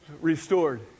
restored